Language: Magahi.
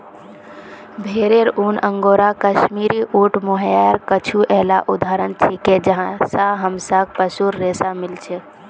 भेरेर ऊन, अंगोरा, कश्मीरी, ऊँट, मोहायर कुछू येला उदाहरण छिके जहाँ स हमसाक पशुर रेशा मिल छेक